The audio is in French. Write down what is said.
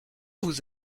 vous